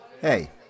Hey